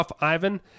Ivan